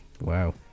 wow